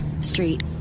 street